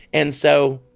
and so.